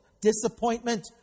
Disappointment